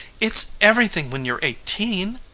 it's everything when you're eighteen,